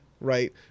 right